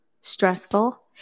stressful